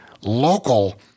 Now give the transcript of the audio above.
local